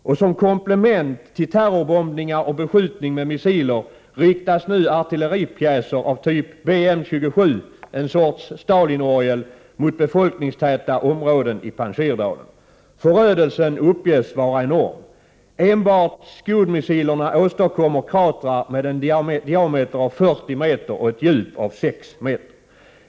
Och som komplement till terrorbombningar och beskjutning med missiler riktas nu artilleripjäser av typ BM 27 — en sorts Stalinorgel— mot befolkningstäta områden i Panjshirdalen. Förödelsen uppges vara enorm. Enbart Scude-missilerna åstadkommer kratrar med en diameter av 40 meter och ett djup av 6 meter.